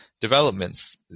developments